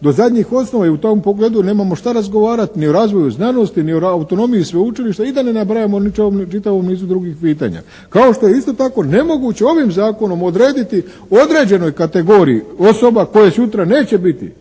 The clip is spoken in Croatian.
do zadnjih osnova i u tom pogledu nemamo šta razgovarat ni o razvoju znanosti, ni o autonomiji sveučilišta i da ne nabrajam o čitavom nizu drugih pitanja. Kao što je isto tako nemoguće ovim zakonom odrediti određenoj kategoriji osoba koje sutra neće biti